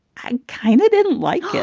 i kind of didn't like it,